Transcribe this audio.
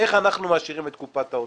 איך אנחנו מעשירים את קופת האוצר.